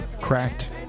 cracked